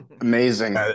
Amazing